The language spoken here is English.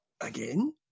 again